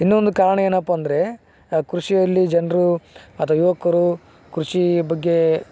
ಇನ್ನೊಂದು ಕಾರಣ ಏನಪ್ಪ ಅಂದರೆ ಕೃಷಿಯಲ್ಲಿ ಜನರು ಅಥವಾ ಯುವಕರು ಕೃಷಿ ಬಗ್ಗೆ